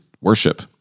worship